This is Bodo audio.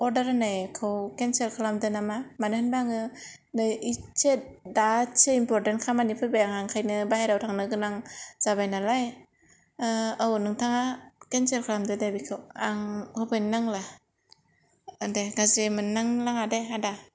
अर्डार होनायखौ केनसेल खालामदो नामा मानो होनबा आङो नै इसे दासो इमपर्टेन खामानि फैबाय आंहा बेखायनो बायह्रायाव थांनो गोनां जाबाय नालाय औ नोंथांआ केनसेल खालामदो दे बेखौ आं होफैनो नांला दे गाज्रि मोननोनांलादे आदा